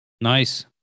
Nice